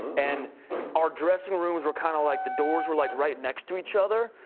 and our dressing rooms were kind of like the doors were, like, right next to each other.